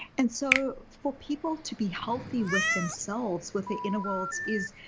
and so for people to be healthy with themselves, with the inner worlds is,